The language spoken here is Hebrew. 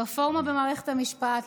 רפורמה במערכת המשפט,